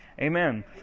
Amen